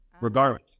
regardless